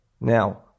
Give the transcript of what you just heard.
Now